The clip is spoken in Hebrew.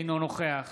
אינו נוכח